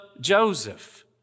Joseph